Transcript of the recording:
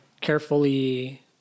carefully